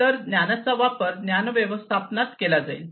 तर या ज्ञानाचा वापर ज्ञान व्यवस्थापनात केला जाईल